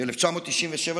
ב-1997,